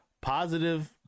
positive